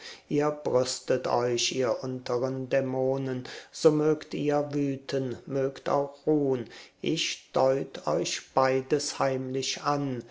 ihr brüstet euch ihr unteren dämonen so mögt ihr wüten mögt auch ruhn ich deut euch beides heimlich an